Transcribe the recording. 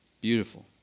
Beautiful